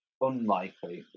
unlikely